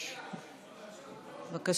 שרים.